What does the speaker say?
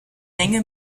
länge